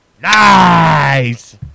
Nice